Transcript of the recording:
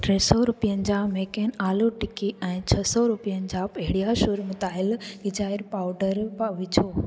टे सौ रुपियनि जा मेकेन आलू टिकी ऐं छह सौ रुपियनि जा पीडियाश्यूर म ग़िज़ाई मुताहिल इजायर पाउडर पया विझो